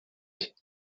تانقشه